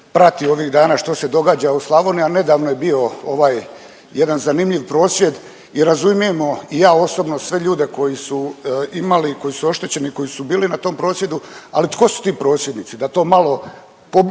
prati ovih dana što se događaja u Slavoniji a nedavno je bio jedan zanimljiv prosvjed i razumijemo ja osobno sve ljude koji su imali, koji su oštećeni, koji su bili na tom prosvjedu ali tko su ti prosvjednici. Da to malo pobliže